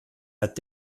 hat